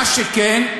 מה שכן,